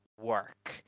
work